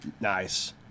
Nice